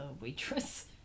waitress